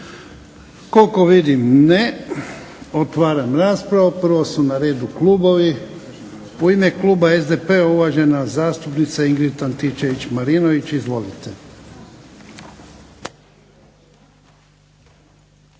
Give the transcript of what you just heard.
Koliko vidim ne. Otvaram raspravu. Prvo su na redu klubovi. U ime kluba SDP-a uvažena zastupnica Ingrid Antičević-Marinović. Izvolite.